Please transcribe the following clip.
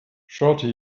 shawty